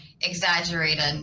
exaggerated